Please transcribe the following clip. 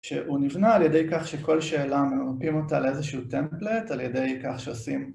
שהוא נבנה על ידי כך שכל שאלה ממפים אותה לאיזשהו טמפלט על ידי כך שעושים